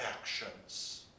actions